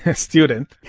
ah student.